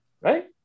right